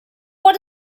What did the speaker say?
what